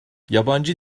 yabancı